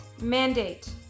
mandate